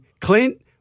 Clint